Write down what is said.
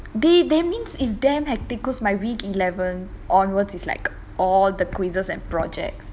dey that means it's damn hectic because my week eleven onwards is like all the quizzes and projects